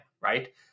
right